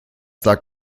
sagt